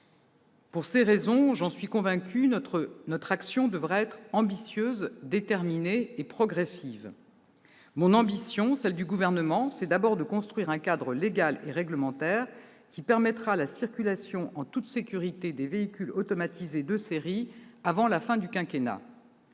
Pour ces raisons, notre action devra être ambitieuse, déterminée et progressive. Mon ambition, celle du Gouvernement, est d'abord de construire un cadre légal et réglementaire qui permettra la circulation en toute sécurité des véhicules automatisés de série avant la fin du quinquennat.